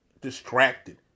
distracted